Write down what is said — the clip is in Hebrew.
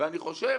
וחושב